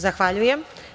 Zahvaljujem.